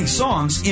songs